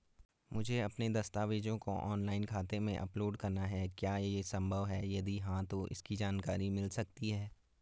मुझे अपने दस्तावेज़ों को ऑनलाइन खाते में अपलोड करना है क्या ये संभव है यदि हाँ तो इसकी जानकारी मिल सकती है?